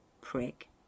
Prick